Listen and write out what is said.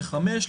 לחמש,